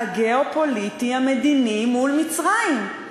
הגיאו-פוליטי והמדיני מול מצרים.